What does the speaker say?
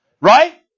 Right